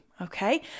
Okay